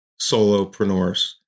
solopreneurs